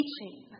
teaching